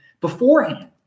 beforehand